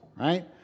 right